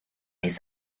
les